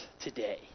today